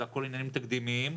זה הכול ענייניים תקדימיים.